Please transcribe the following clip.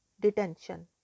detention